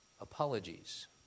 apologies